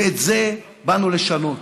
ואת זה באנו לשנות.